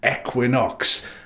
Equinox